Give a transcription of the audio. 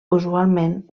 usualment